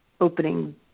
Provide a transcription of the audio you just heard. opening